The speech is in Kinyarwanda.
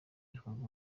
bihumbi